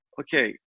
okay